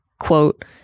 quote